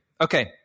Okay